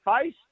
face